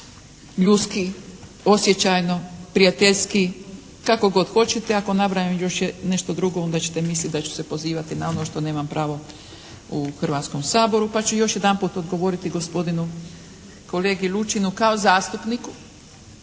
ljudski, osjećajno, prijateljski, kako god hoćete, ako nabrajam još nešto drugo onda ćete misliti da ću se pozivati na ono što nemam pravo u Hrvatskom saboru pa ću još jedanput odgovoriti gospodinu kolegi Lučinu kao zastupniku.